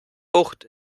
bucht